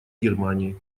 германии